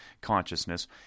consciousness